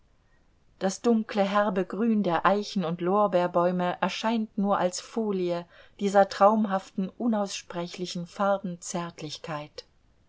das dunkle herbe grün der eichen und lorbeerbäume erscheint nur als folie dieser traumhaften unaussprechlichen